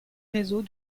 réseaux